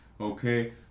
Okay